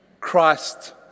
Christ